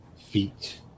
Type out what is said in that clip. feet